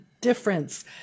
difference